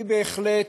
אני בהחלט